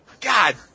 God